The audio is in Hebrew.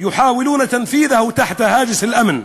מנסים לבצעו תחת תעתוע הביטחון.